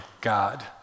God